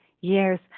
years